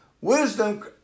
Wisdom